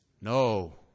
no